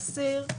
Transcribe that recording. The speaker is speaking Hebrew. האסיר,